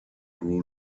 grew